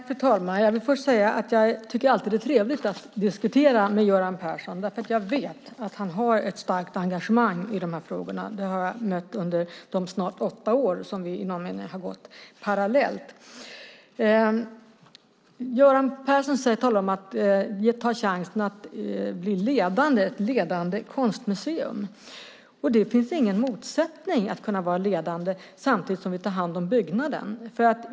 Fru talman! Jag vill först säga att jag alltid tycker att det är trevligt att diskutera med Göran Persson. Jag vet nämligen att han har ett starkt engagemang i de här frågorna. Det har jag mött under de snart åtta år som vi i någon mening har gått parallellt. Göran Persson talar om att ta chansen att bli ledande, ett ledande konstmuseum. Det finns ingen motsättning i att kunna vara ledande samtidigt som vi tar hand om byggnaden.